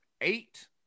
eight